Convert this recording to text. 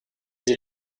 des